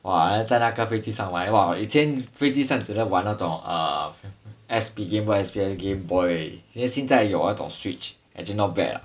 !wah! then 在那个飞机上玩 !wah! 以前飞机上只能玩那种 uh S_P game 或 S_P_S gameboy then 现在有那种 switch actually not bad ah